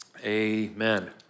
amen